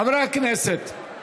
חברי הכנסת,